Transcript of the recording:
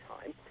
time